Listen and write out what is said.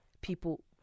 people